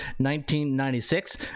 1996